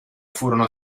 furono